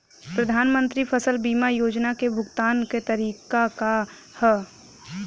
प्रधानमंत्री फसल बीमा योजना क भुगतान क तरीकाका ह?